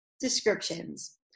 descriptions